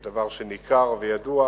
זה דבר שניכר וידוע.